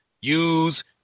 use